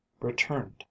returned